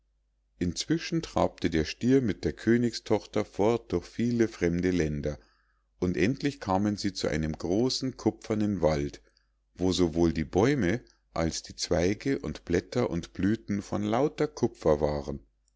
inzwischen trabte der stier mit der königstochter fort durch viele fremde länder und endlich kamen sie zu einem großen kupfernen wald wo sowohl die bäume als die zweige und blätter und blüthen von lauter kupfer waren